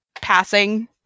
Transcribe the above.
passing